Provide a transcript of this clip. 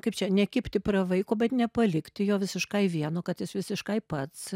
kaip čia nekibti prie vaiko bet nepalikti jo visiškai vieno kad jis visiškai pats